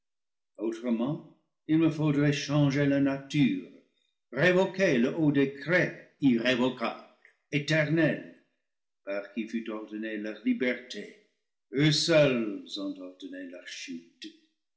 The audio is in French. autrement il me faudrait changer leur nature révoquer le haut décret irrévocable éternel par qui fut ordonnée leur liberté eux seuls ont or donné leur chute